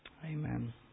Amen